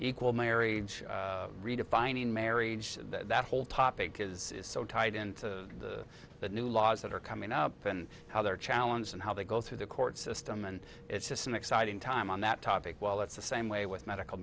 equal marriage redefining marriage that whole topic is is so tied in to the new laws that are coming up and how they're challenges and how they go through the court system and it's just an exciting time on that topic while it's the same way with medical